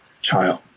child